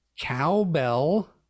cowbell